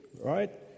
Right